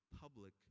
public